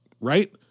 right